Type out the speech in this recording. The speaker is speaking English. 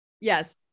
Yes